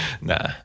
Nah